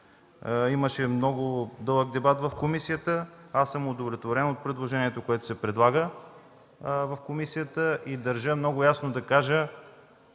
Имаше много дълъг дебат в комисията, аз съм удовлетворен от предложението, което се направи в комисията и държа много ясно да кажа,